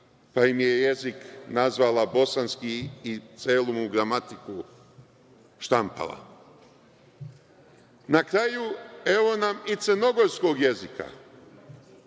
pa im je jezik nazvala bosanski i celo mu gramatiku štampala. Na kraju, evo nam i crnogorskog jezika.